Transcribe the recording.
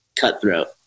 cutthroat